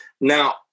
Now